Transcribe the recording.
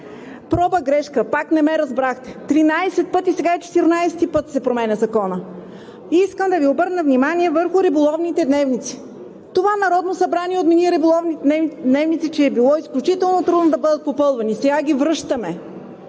Проба-грешка – пак не ме разбрахте. Тринадесет пъти, сега за четиринадесети път се променя Законът. Искам да Ви обърна внимание върху риболовните дневници. Това Народно събрание отмени риболовните дневници, че било изключително трудно да бъдат попълвани. Ами сега ги връщаме.